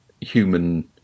human